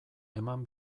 eman